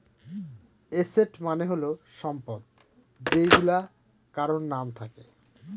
asset মানে হল সম্পদ যেইগুলা কারোর নাম থাকে